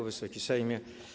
Wysoki Sejmie!